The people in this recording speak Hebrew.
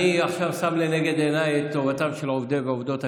עכשיו אני שם לנגד עיניי את טובתם של עובדי ועובדות הכנסת,